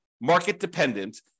market-dependent